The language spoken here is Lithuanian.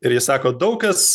ir ji sako daug kas